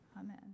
Amen